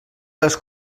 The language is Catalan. les